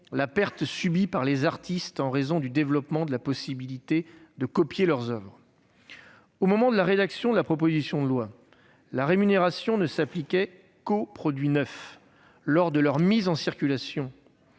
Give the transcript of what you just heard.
la perte subie par les artistes en raison du développement de la possibilité de copier leurs oeuvres. Au moment de la rédaction de la proposition de loi, la rémunération ne s'appliquait qu'aux produits neufs lors de leur mise en circulation.